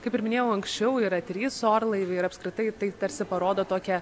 kaip ir minėjau anksčiau yra trys orlaiviai ir apskritai tai tarsi parodo tokią